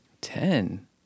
Ten